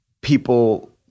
people